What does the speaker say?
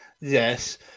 Yes